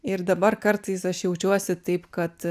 ir dabar kartais aš jaučiuosi taip kad